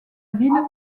ville